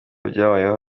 byabayeho